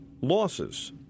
losses